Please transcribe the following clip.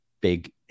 big